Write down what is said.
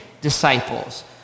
disciples